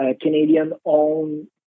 Canadian-owned